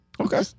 Okay